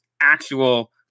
actual